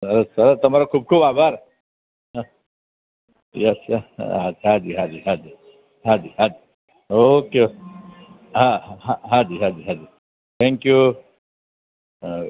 અરે સર તમારો ખૂબ ખૂબ આભાર યસ યસ હાજી હાજી હાજી હાજી હાજી ઓકે ઓકે હા હાજી હાજી થેન્કયુ હા